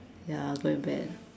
ya quite bad